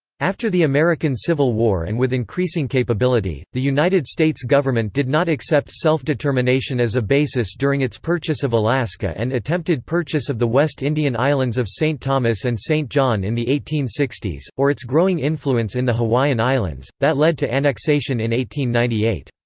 after the american civil war and with increasing capability, the united states government did not accept self-determination as a basis during its purchase of alaska and attempted purchase of the west indian islands of saint thomas and saint john in the eighteen sixty s, or its growing influence in the hawaiian islands, that led to annexation in one thousand eight